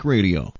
Radio